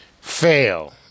Fail